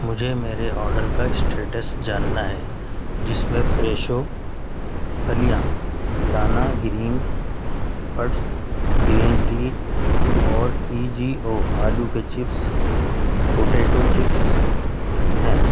مجھے میرے آرڈر کا اسٹیٹس جاننا ہے جس میں فریشو پھلیاں، لانا گرین برڈس گرین ٹی اور ای جی او آلو کے چپس پوٹیٹو چپس ہیں